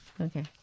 Okay